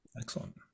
Excellent